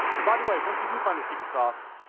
and by the way, once you do find the secret sauce,